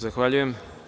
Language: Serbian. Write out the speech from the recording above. Zahvaljujem.